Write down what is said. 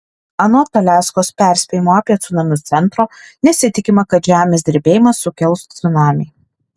anot aliaskos perspėjimo apie cunamius centro nesitikima kad žemės drebėjimas sukels cunamį